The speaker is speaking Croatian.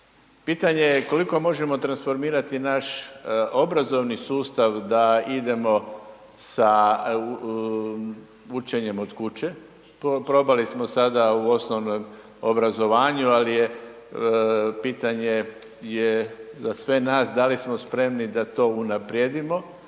Pitanje je koliko možemo transformirati naš obrazovni sustav da idemo sa učenjem od kuće. Probali smo sada u osnovnom obrazovanju, ali je pitanje je za sve nas da li smo spremni da to unaprijedimo,